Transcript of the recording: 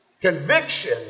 Conviction